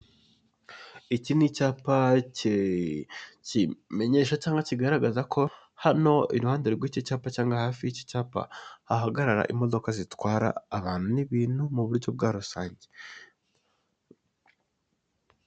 Iki ni icyapa kimenyesha cyangwa kigaragaza ko hano uruhande rw'iki cyapa cyangwa hafi y'iki cyapa, hahagarara imodoka zitwara abantu n'ibintu muburyo bwa rusange.